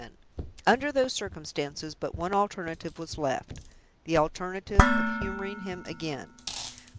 under those circumstances, but one alternative was left the alternative of humoring him again.